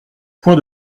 point